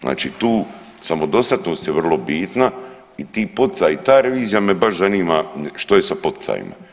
Znači tu samodostatnost je vrlo bitna i ti poticaji ta revizija me baš zanima što je sa poticajima.